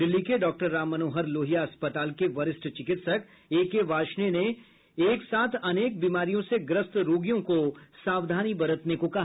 दिल्ली के राम मनोहर लोहिया अस्पताल के वरिष्ठ चिकित्सक एके वार्ष्णेय ने एक साथ अनेक बीमारियों से ग्रस्त रोगियों को सावधानी बरतने को कहा